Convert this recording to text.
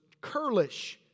curlish